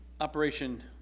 Operation